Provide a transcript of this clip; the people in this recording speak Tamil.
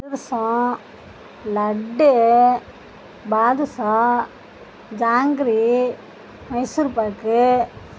அதிரசம் லட்டு பாதுஷா ஜாங்கிரி மைசூர்பாக்கு